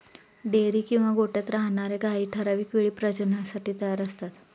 dairy किंवा गोठ्यात राहणार्या गायी ठराविक वेळी प्रजननासाठी तयार असतात